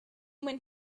when